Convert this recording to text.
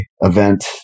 event